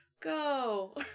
go